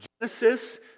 Genesis